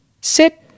sit